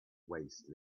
waste